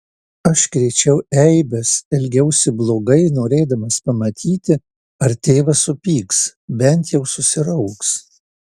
aš krėčiau eibes elgiausi blogai norėdamas pamatyti ar tėvas supyks bent jau susirauks